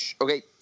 Okay